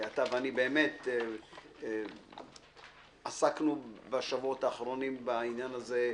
אתה ואני באמת עסקנו בשבועות האחרונים בעניין הזה,